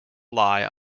lie